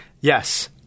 Yes